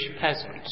peasant